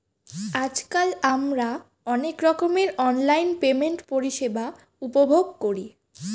আজকাল আমরা অনেক রকমের অনলাইন পেমেন্ট পরিষেবা উপভোগ করি